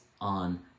on